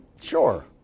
Sure